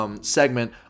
segment